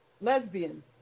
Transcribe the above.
Lesbian